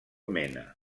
mena